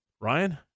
Ryan